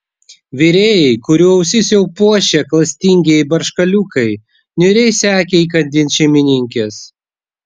virėjai kurių ausis jau puošė klastingieji barškaliukai niūriai sekė įkandin šeimininkės